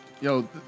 Yo